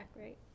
right